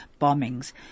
bombings